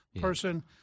person